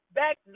back